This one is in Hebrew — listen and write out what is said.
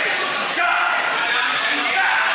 בושה.